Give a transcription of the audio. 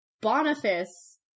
Boniface